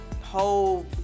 whole